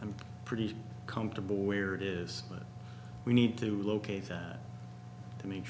i'm pretty comfortable where it is but we need to locate that to me